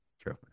True